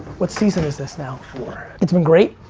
what season is this now? four. it's been great?